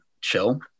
chill